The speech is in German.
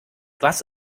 was